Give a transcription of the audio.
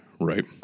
Right